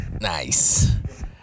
Nice